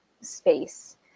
space